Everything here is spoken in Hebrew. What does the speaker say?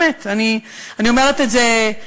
באמת, אני אומרת את זה,